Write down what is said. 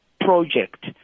project